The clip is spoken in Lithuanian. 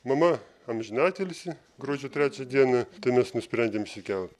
mama amžinatilsį gruodžio trečią dieną tai mes nusprendėm išsikelt